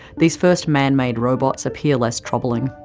these first manmade robots appear less troubling.